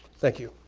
thank you.